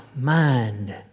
mind